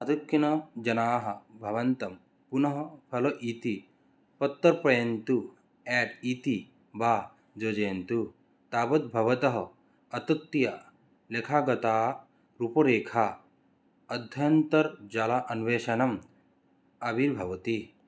आधिक्येन जनाः भवन्तं पुनः फलम् इति प्रत्यर्पयन्तु आड् इति वा योजयन्तु तावद् भवतः अतीत्य लेखागता रूपोरेखा अध्यन्तर्जालम् अन्वेषणम् अवीर्भवति